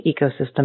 Ecosystem